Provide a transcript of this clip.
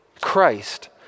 Christ